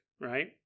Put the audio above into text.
right